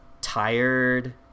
tired